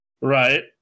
right